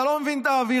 אתה לא מבין את האווירה?